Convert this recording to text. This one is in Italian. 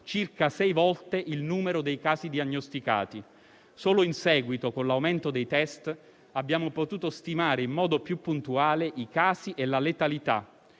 circa sei volte il numero dei casi diagnosticati. Solo in seguito, con l'aumento dei *test*, abbiamo potuto stimare in modo più puntuale i casi e la letalità.